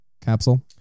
capsule